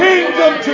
Kingdom